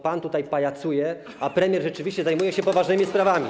Pan tutaj pajacuje, a premier rzeczywiście zajmuje się poważnymi sprawami.